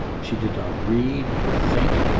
she did not read or think.